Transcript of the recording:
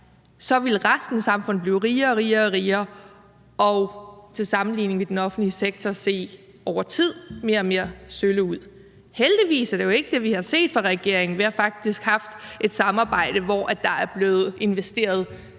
her vil resten af samfundet blive rigere og rigere, og til sammenligning vil den offentlige sektor over tid se mere og mere sølle ud. Heldigvis er det jo ikke det, vi har set fra regeringen. Vi har faktisk haft et samarbejde, hvor der er blevet investeret